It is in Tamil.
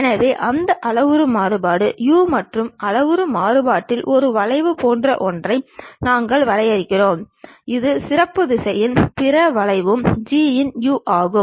எனவே அந்த அளவுரு மாறுபாடு u மற்றும் அளவுரு மாறுபாட்டில் ஒரு வளைவு போன்ற ஒன்றை நாங்கள் வரையறுக்கிறோம் இது சிறப்பு திசையும் பிற வளைவும் G இன் u ஆகும்